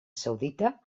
saudita